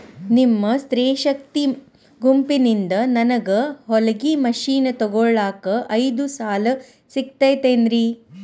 ನಿಮ್ಮ ಸ್ತ್ರೇ ಶಕ್ತಿ ಗುಂಪಿನಿಂದ ನನಗ ಹೊಲಗಿ ಮಷೇನ್ ತೊಗೋಳಾಕ್ ಐದು ಸಾಲ ಸಿಗತೈತೇನ್ರಿ?